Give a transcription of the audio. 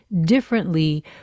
differently